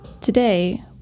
Today